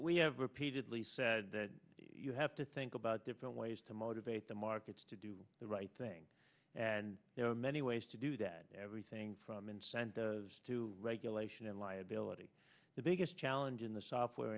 we have repeatedly said that you have to think about different ways to motivate the markets to do the right thing and there are many ways to do that everything from and send to regulation and liability the biggest challenge in the software